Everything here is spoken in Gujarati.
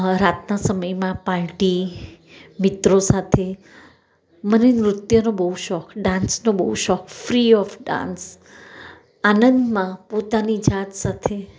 રાતના સમયમાં પાર્ટી મિત્રો સાથે મને નૃત્યનો બહુ શોખ ડાન્સનો બહું શોખ ફ્રી ઓફ ડાન્સ આનંદમાં પોતાની જાત સાથે